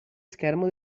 schermo